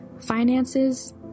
Finances